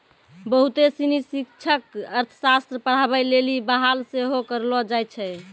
बहुते सिनी शिक्षक अर्थशास्त्र पढ़ाबै लेली बहाल सेहो करलो जाय छै